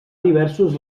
diversos